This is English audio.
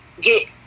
get